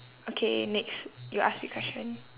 okay next you ask me question